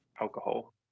alcohol